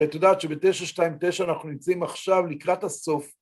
את יודעת שב-9.29 אנחנו נמצאים עכשיו לקראת הסוף.